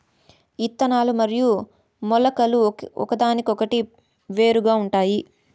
ఇత్తనాలు మరియు మొలకలు ఒకదానికొకటి వేరుగా ఉంటాయి